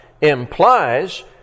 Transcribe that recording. implies